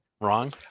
wrong